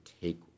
take